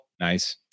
Nice